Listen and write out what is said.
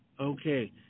Okay